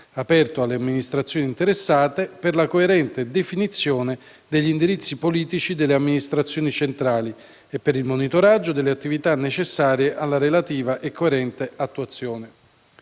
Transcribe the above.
aperto alle amministrazioni interessate, per la coerente definizione degli indirizzi politici delle amministrazioni centrali e per il monitoraggio delle attività necessarie alla relativa e coerente attuazione.